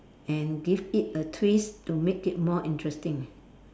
and give it a twist to make it more interesting